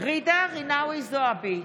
ג'ידא רינאוי זועבי,